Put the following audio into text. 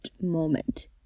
moment